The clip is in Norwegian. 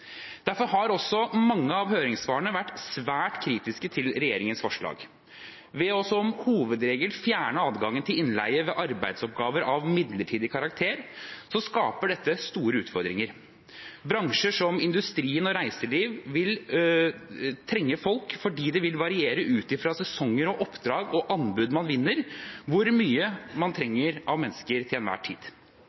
Derfor har også mange av høringssvarene vært svært kritiske til regjeringens forslag. Ved som hovedregel å fjerne adgangen til innleie ved arbeidsoppgaver av midlertidig karakter skapes det store utfordringer. Bransjer som industrien og reiseliv vil trenge folk, fordi det vil variere ut fra sesonger og oppdrag og anbud man vinner, hvor mye man trenger av mennesker til enhver tid.